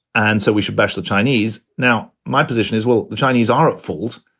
and so we should bash the chinese. now my position is, well, the chinese are at fault.